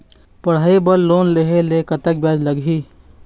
पढ़ई बर लोन लेहे ले कतक ब्याज लगही?